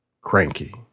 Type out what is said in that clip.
cranky